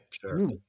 sure